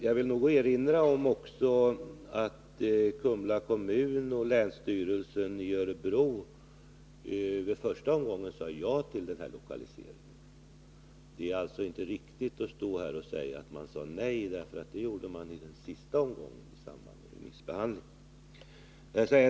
Jag vill nog också erinra om att Kumla kommun och länsstyrelsen i Örebro län i första omgången sade ja till denna lokalisering. Det är alltså inte riktigt att stå här och säga att man sade nej. Det gjorde man i den sista omgången i samband med remissbehandlingen.